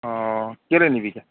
অঁ কেলৈ নিবিকে